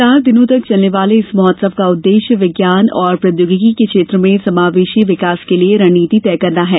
चार दिनों तक चलने वाले इस महोत्सव का उद्देश्य विज्ञान और प्रौद्योगिकी के क्षेत्र में समावेशी विकास के लिए रणनीति तय करना है